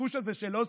הקשקוש הזה של אוסלו.